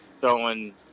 throwing